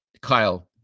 Kyle